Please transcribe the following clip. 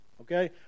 Okay